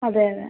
അതെ അതെ